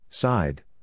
Side